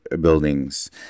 buildings